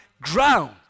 ground